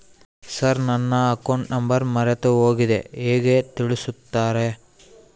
Sir ನನ್ನ account number ಮರೆತುಹೋಗಿದೆ ಹೇಗೆ ತಿಳಿಸುತ್ತಾರೆ?